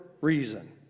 reason